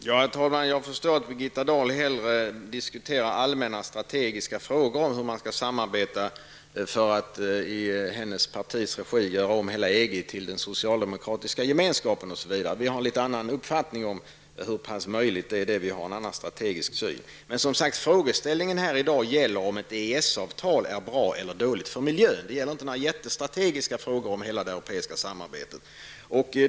Herr talman! Jag förstår att Birgitta Dahl hellre diskuterar allmänna strategiska frågor om hur man skall samarbeta för att i hennes partis regi göra om hela EG till den socialdemokratiska gemenskapen osv. Vi har en litet annan uppfattning om hur pass möjligt det är. Vi har en annan strategisk syn. Men, som sagt, frågeställningen här i dag gäller om ett EES-avtal är bra eller dåligt för miljön. Det gäller inte några jättestrategiska frågor om hela det europeiska samarbetet.